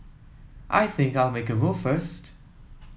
I think I'll make a move first